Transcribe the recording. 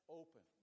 open